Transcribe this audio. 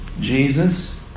Jesus